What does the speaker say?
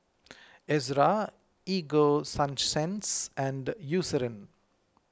Ezerra Ego Sunsense and Eucerin